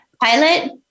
Pilot